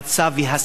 אני לא יכול,